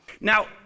Now